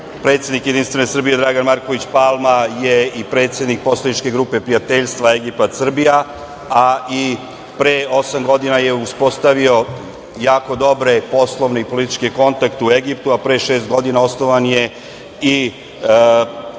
predsednik JS Dragan Marković Palma je i predsednik poslaničke grupe prijateljstva Egipat-Srbija, a i pre osam godina je uspostavio jako dobre poslovne i političke kontakte u Egiptu, a pre šest godina osnovan je i